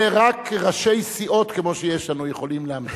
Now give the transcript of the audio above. זה רק ראשי סיעות כמו שיש לנו יכולים להמציא,